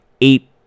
eight